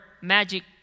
magic